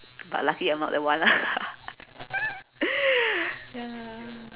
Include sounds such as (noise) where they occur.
but lucky I'm not the one lah (laughs) ya